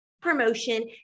promotion